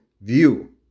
view